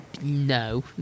no